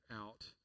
out